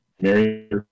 Mary